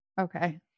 Okay